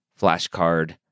flashcard